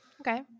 Okay